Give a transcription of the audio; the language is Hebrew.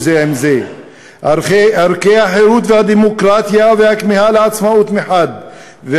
זה עם זה: ערכי החירות והדמוקרטיה והכמיהה לעצמאות מחד גיסא,